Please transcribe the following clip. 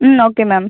ம் okay ma'am